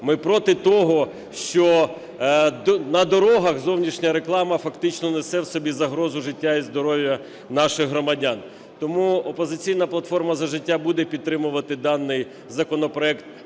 Ми проти того, що на дорогах зовнішня реклама фактично несе в собі загрозу життю і здоров'ю наших громадян. Тому "Опозиційна платформа - За життя" буде підтримувати даний законопроект